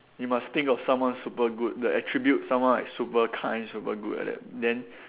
you must think of someone super good the attribute someone like super kind super good like that then